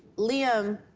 liam,